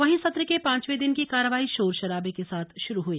वहीं सत्र के पांचवे दिन की कार्यवाही शोर शराबे के साथ शुरू हुई